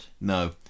No